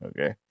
Okay